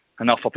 enough